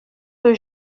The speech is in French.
que